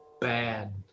Bad